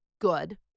good